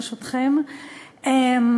ברשותכם,